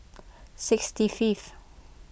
sixty fifth